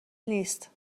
نیست